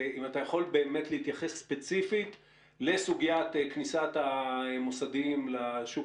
אם אתה יכול באמת להתייחס ספציפית לסוגיית כניסת המוסדיים לשוק